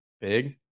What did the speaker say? big